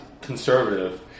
conservative